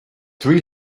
three